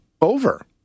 over